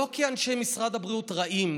לא כי אנשי משרד הבריאות רעים,